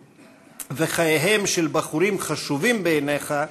וחייהם של בחורים חשובים בעיניך,